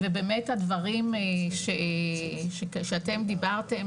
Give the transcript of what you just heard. ובאמת הדברים שאתם דיברתם,